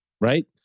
right